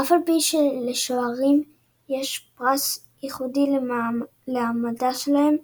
אף על פי שלשוערים יש פרס ייחודי לעמדה שלהם,